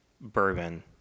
bourbon